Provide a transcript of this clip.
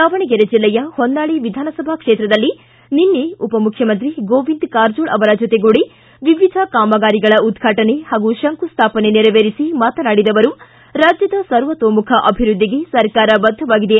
ದಾವಣಗೆರೆ ಜೆಲ್ಲೆಯ ಹೊನ್ನಾಳಿ ವಿಧಾನಸಭಾ ಕ್ಷೇತ್ರದಲ್ಲಿ ನಿನ್ನೆ ಉಪಮುಖ್ಯಮುಂತ್ರಿ ಗೋವಿಂದ ಕಾರಜೋಳ ಅವರ ಜತೆಗೂಡಿ ವಿವಿಧ ಕಾಮಗಾರಿಗಳ ಉದ್ಘಾಟನೆ ಹಾಗೂ ಶಂಕುಸ್ಥಾಪನೆ ನೆರವೇರಿಸಿ ಮಾತನಾಡಿದ ಅವರು ರಾಜ್ಯದ ಸರ್ವತೋಮುಖ ಅಭಿವೃದ್ಧಿಗೆ ಸರಕಾರ ಬದ್ಧವಾಗಿದೆ